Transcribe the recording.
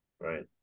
right